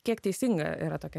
kiek teisinga yra tokia